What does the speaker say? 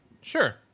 Sure